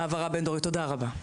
תודה רבה.